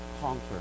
conquer